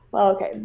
okay.